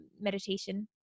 meditation